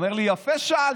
הוא אומר לי: יפה שאלת,